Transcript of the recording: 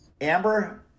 Amber